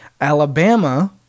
Alabama